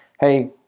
Hey